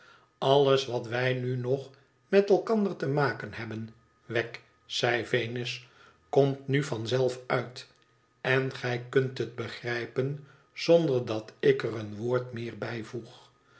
alles wal wij nu nog met elkander te maken hebben wegg zei venus komt nu van zelf uit en gij kunt het begrijpen zonder dat ik er een woord meer bijvoeg